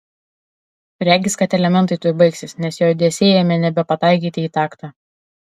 regis kad elementai tuoj baigsis nes jo judesiai ėmė nebepataikyti į taktą